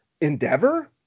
endeavor